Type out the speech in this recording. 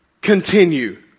continue